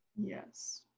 Yes